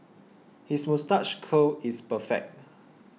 his moustache curl is perfect